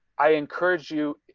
i encourage you,